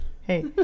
hey